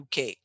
UK